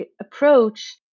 approach